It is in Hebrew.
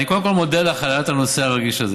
אני קודם כול מודה לך על העלאת הנושא הרגיש הזה.